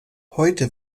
heute